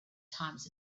times